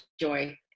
joy